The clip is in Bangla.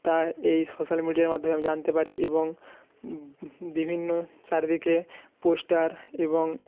তা এই সোশ্যাল মিডিয়ার মাধ্যমে আমি জানতে পারি এবং বিভিন্ন চারিদিকে পোস্টার এবং